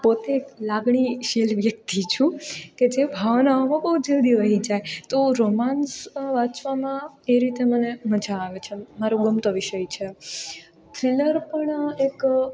પોતે એક લાગણીશીલ વ્યક્તિ છું કે જે ભાવનાઓમાં બહુ જલ્દી વહી જાય તો રોમાન્સ વાંચવામાં એ રીતે મને મજા આવે છે મારો ગમતો વિષય છે થ્રિલર પણ એક